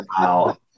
Wow